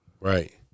Right